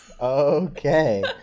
okay